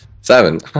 Seven